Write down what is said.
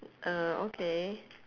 uh okay